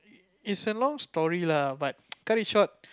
it's a long story lah but cut it short